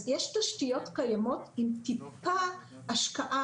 אז יש תשתיות קיימות ועם טיפה השקעה